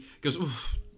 goes